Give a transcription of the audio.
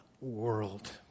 world